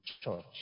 church